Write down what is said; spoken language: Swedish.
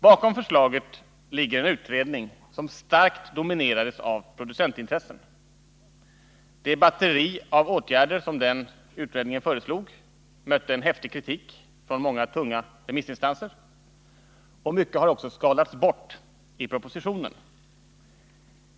Bakom förslaget ligger en utredning som starkt dominerades av producentintressen. Det batteri av åtgärder som den utredningen föreslog mötte en häftig kritik från många tunga remissinstanser. Mycket har också skalats bort i propositionen.